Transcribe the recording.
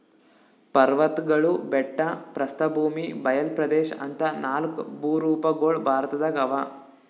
ಪರ್ವತ್ಗಳು ಬೆಟ್ಟ ಪ್ರಸ್ಥಭೂಮಿ ಬಯಲ್ ಪ್ರದೇಶ್ ಅಂತಾ ನಾಲ್ಕ್ ಭೂರೂಪಗೊಳ್ ಭಾರತದಾಗ್ ಅವಾ